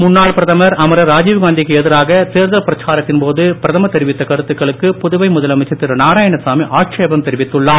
முன்னாள் பிரதமர் அமரர் ராஜீவ்காந்திற்கு எதிராக தேர்தல் பிரச்சாரத்தின் போது பிரதமர் தெரிவித்த கருத்துகளுக்கு புதுவை முதலமைச்சர் திரு நாராயணசாமி ஆட்சேபம் தெரிவித்துள்ளார்